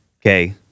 Okay